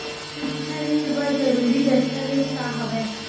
सिक्छा ऋण बर जरूरी दस्तावेज का हवय?